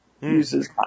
uses